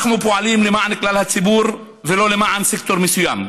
אנחנו פועלים למען כלל הציבור ולא למען סקטור מסוים: